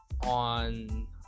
on